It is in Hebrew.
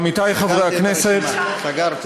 עמיתי חברי הכנסת, סגרתי את הרשימה.